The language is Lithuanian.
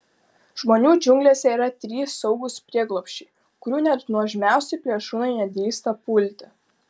žmonių džiunglėse yra trys saugūs prieglobsčiai kurių net nuožmiausi plėšrūnai nedrįsta pulti